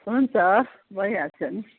हुन्छ भइहाल्छ नि